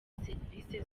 serivisi